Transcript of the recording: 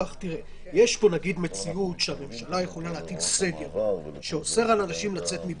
יש פה מציאות שהממשלה יכולה להטיל סגר שאוסר על אנשים לצאת מביתם,